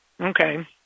Okay